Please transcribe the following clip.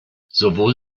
sowohl